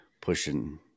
pushing